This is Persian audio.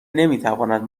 نمیتواند